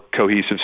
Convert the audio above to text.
cohesive